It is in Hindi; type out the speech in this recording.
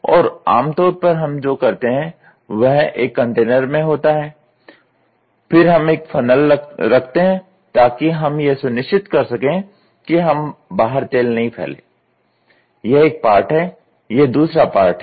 और आम तौर पर हम जो करते हैं वह एक कंटेनर में होता है फिर हम एक फ़नल रखते हैं ताकि हम यह सुनिश्चित कर सकें कि हम बाहर तेल नहीं फैले यह एक पार्ट है यह दूसरा पार्ट है